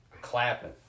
clapping